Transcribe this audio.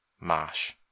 Marsh